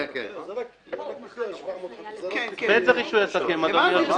זה רישוי עסקים, אדוני היושב-ראש.